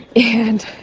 and